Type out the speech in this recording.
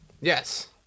Yes